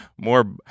more